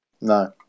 No